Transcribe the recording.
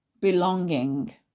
belonging